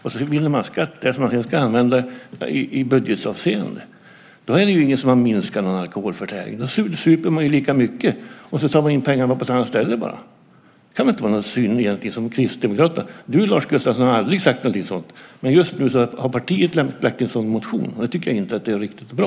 Då vinner man skatt som sedan ska användas i budgetavseende. Men då har alkoholförtäringen inte minskat. Då super man lika mycket, och pengarna tas in bara på ett annat ställe. Det kan väl inte vara Kristdemokraternas syn? Du, Lars Gustafsson, har aldrig sagt något sådant, men partiet har väckt en sådan motion. Det är inte riktigt bra.